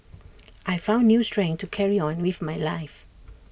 I found new strength to carry on with my life